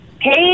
Hey